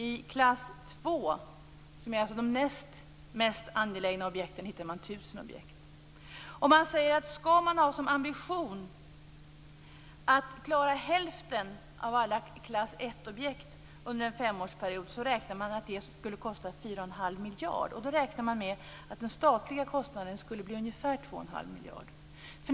I klass 2, som innehåller de näst mest angelägna projekten, hittar man 1 000 objekt. Ska man ha som ambition att klara hälften av alla klass 1-objekt under en femårsperiod säger man att man räknar med att det kommer att kosta 4 1⁄2 miljard kronor.